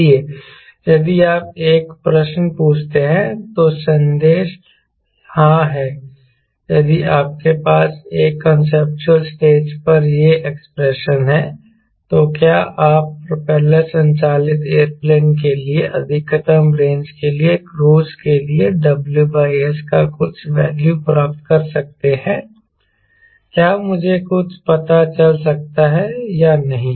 इसलिए यदि आप एक प्रश्न पूछते हैं तो संदेश हाँ है यदि आपके पास एक कांसेप्चुअल स्टेज पर यह एक्सप्रेशन हैं तो क्या आप प्रोपेलर संचालित एयरप्लेन के लिए अधिकतम रेंज के लिए क्रूज़ के लिए WS का कुछ वैल्यू प्राप्त कर सकते हैं क्या मुझे कुछ पता चल सकता है या नहीं